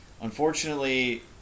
Unfortunately